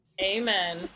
Amen